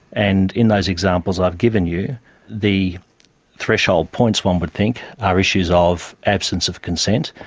and in those examples i've given you the threshold points, one would think, are issues of absence of consent,